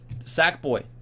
Sackboy